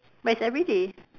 but it's everyday